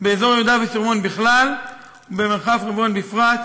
באזור יהודה ושומרון בכלל ובמרחב חברון בפרט,